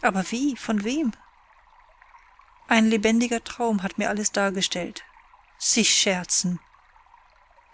aber wie von wem ein lebendiger traum hat mir alles dargestellt sie scherzen